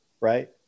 right